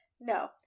No